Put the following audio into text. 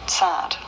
sad